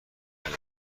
آرزو